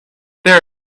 there